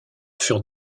furent